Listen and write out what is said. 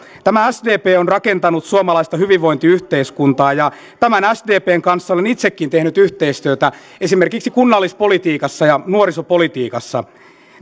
tämä sdp on rakentanut suomalaista hyvinvointiyhteiskuntaa ja tämän sdpn kanssa olen itsekin tehnyt yhteistyötä esimerkiksi kunnallispolitiikassa ja nuorisopolitiikassa